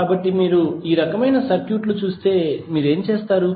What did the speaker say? కాబట్టి మీరు ఈ రకమైన సర్క్యూట్ లు చూస్తే మీరు ఏమి చేస్తారు